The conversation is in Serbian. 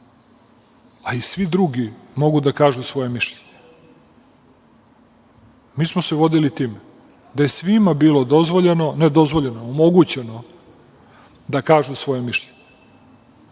pa i svi drugi mogu da kažu svoje mišljenje? Mi smo se vodili time da je svima bilo dozvoljeno, ne dozvoljeno, omogućeno da kažu svoje mišljenje.